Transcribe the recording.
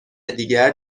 دیگر